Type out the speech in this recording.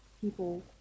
people